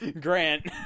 Grant